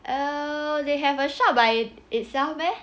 oh they have a shop by itself meh